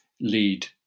lead